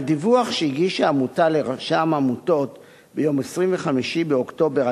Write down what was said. מהדיווח שהגישה העמותה לרשם העמותות ביום 25 באוקטובר